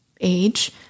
age